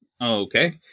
Okay